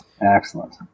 Excellent